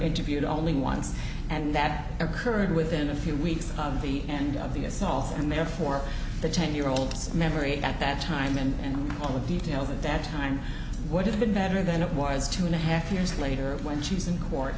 interviewed only once and that occurred within a few weeks of the end of the assault and therefore the ten year old's memory at that time and all the details at that time would have been better than it was two and a half years later when she's in court